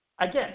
Again